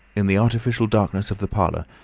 in the artificial darkness of the parlour,